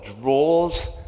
draws